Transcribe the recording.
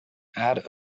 add